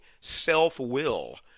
self-will